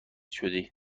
شدی